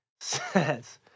says